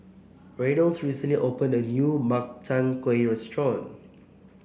Reynolds recently opened a new Makchang Gui restaurant